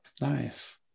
Nice